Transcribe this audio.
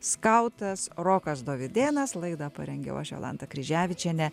skautas rokas dovydėnas laidą parengiau aš jolanta kryževičienė